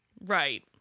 right